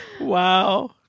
Wow